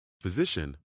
physician